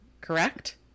correct